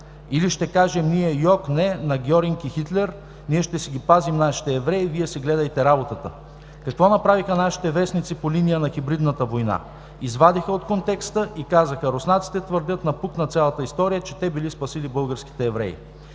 Или ще кажем ние: „Йок, не на Гьоринг и Хитлер. Ние ще си ги пазим нашите евреи, Вие си гледайте работата.“ Какво направиха нашите вестници по линия на хибридната война? Извадиха от контекста и казаха: „Руснаците твърдят напук на цялата история, че те били спасили българските евреи“